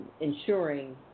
ensuring